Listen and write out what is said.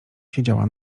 siedziała